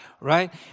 Right